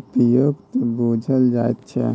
उपयुक्त बुझल जाइ छै